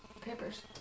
papers